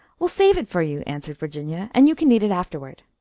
we'll save it for you, answered virginia, and you can eat it afterward.